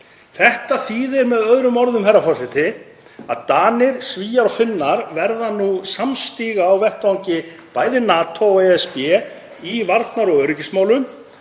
Þetta þýðir með öðrum orðum, herra forseti, að Danir, Svíar og Finnar, verða nú samstiga á vettvangi bæði NATO og ESB í varnar- og öryggismálum